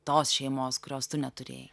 tos šeimos kurios tu neturėjai